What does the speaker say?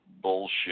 bullshit